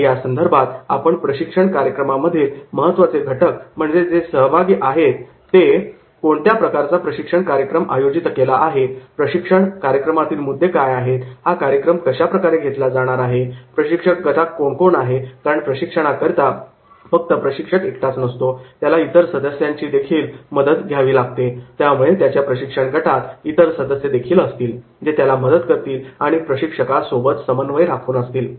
आणि यासंदर्भात आपल्या प्रशिक्षण कार्यक्रमामधील महत्त्वाचे घटक म्हणजे जे सहभागी आहेत ते कोणत्या प्रकारचा प्रशिक्षण कार्यक्रम आयोजित केला आहे प्रशिक्षण कार्यक्रमातील मुद्दे काय आहेत हा कार्यक्रम कशाप्रकारे घेतला जाणार आहे प्रशिक्षक गटात कोणकोण आहेत कारण प्रशिक्षणाकरिता फक्त प्रशिक्षक एकटाच नसतो त्याला इतर सदस्यांची मदत देखील लागत असते त्यामुळे त्याच्या प्रशिक्षण गटात इतर सदस्य देखील असतील जे त्याला मदत करतील आणि प्रशिक्षकाससोबत समन्वय राखून असतील